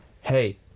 hey